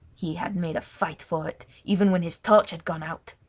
he had made a fight for it, even when his torch had gone out.